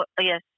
yes